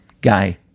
guy